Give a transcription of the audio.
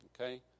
Okay